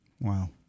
Wow